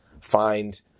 find